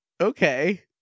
okay